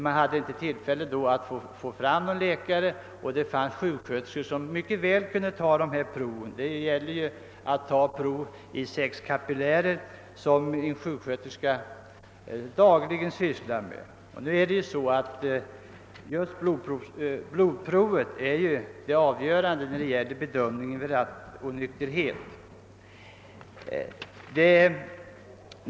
Man kunde inte få fram någon läkare, men det fanns sjuksköterskor som mycket väl hade kunnat ta dessa prov; det gäller ju att ta prov i sex kapillärer, vilket en sjuksköterska dagligen sysslar med. Nu är som bekant just blodprovet avgörande när det gäller bedömningen av rattonykterhet.